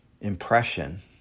impression